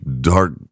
dark